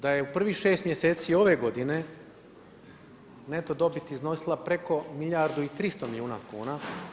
Da je u prvih 6 mjeseci ove godine, neto dobit iznosila preko milijardu i 300 milijuna kuna.